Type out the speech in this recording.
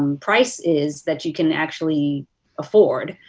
um price is that you can actually afford,